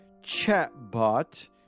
chatbot